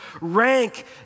rank